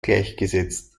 gleichgesetzt